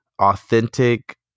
authentic